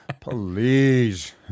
Please